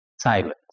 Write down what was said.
silence